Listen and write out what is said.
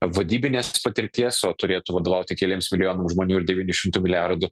vadybinės patirties o turėtų vadovauti keliems milijonams žmonių ir devynių šimtų milijardų